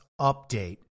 update